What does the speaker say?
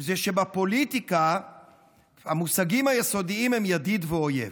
זה שבפוליטיקה המושגים היסודיים הם ידיד ואויב.